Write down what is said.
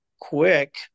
quick